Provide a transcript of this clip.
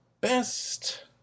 best